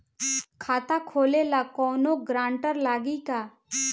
खाता खोले ला कौनो ग्रांटर लागी का?